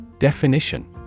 Definition